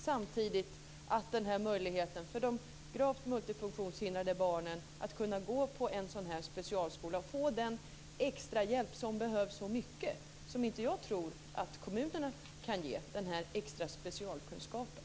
Samtidigt ska möjligheten för de gravt multifunktionshindrade barnen finnas att kunna gå på en specialskola och få den extrahjälp som behövs. Jag tror inte att kommunerna kan ge den extra specialkunskapen.